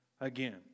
again